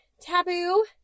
taboo